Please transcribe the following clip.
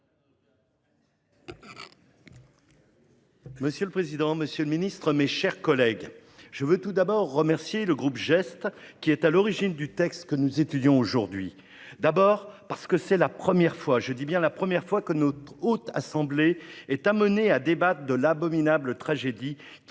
Monsieur le président, monsieur le ministre délégué, mes chers collègues, je veux tout d'abord remercier le groupe GEST, à l'origine du texte que nous étudions aujourd'hui. En effet, c'est la première fois- je dis bien la première fois -que notre Haute Assemblée est amenée à débattre de l'abominable tragédie qui frappe la